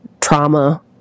trauma